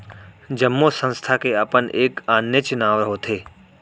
जम्मो संस्था के अपन एक आनेच्च नांव होथे